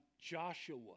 Joshua